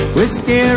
Whiskey